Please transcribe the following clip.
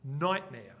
nightmare